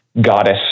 goddess